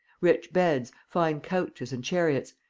rich beds, fine couches and chariots,